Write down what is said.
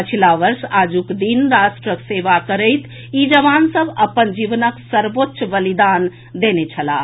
पछिला वर्ष आज़ुक दिन राष्ट्रक सेवा करैत ई जवान सभ अपन जीवनक सर्वोच्च बलिदान देने छलाह